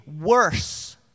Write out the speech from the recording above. worse